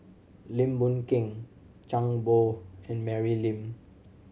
Lim Boon Keng Zhang and Mary Lim